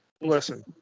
listen